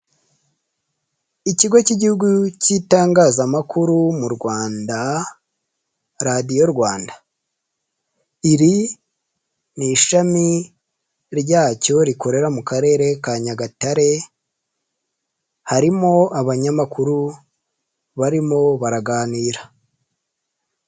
Ikigo cy'igihugu cy'itangazamakuru mu Rwanda Radiyo Rwanda iri ni ishami ryacyo rikorera mu Karere ka Nyagatare harimo abanyamakuru barimo baraganira.